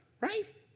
right